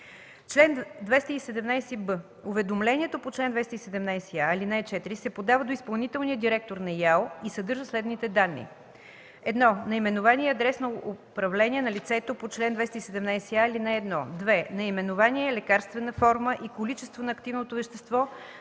Чл. 217б. Уведомлението по чл. 217а, ал. 4 се подава до изпълнителния директор на ИАЛ и съдържа следните данни: 1. наименование и адрес на управление на лицето по чл. 217а, ал. 1; 2. наименование, лекарствена форма и количество на активното вещество